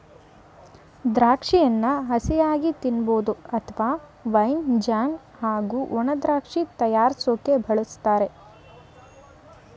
ದ್ರಾಕ್ಷಿಯನ್ನು ಹಸಿಯಾಗಿ ತಿನ್ಬೋದು ಅತ್ವ ವೈನ್ ಜ್ಯಾಮ್ ಹಾಗೂ ಒಣದ್ರಾಕ್ಷಿ ತಯಾರ್ರ್ಸೋಕೆ ಬಳುಸ್ತಾರೆ